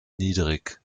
niedrig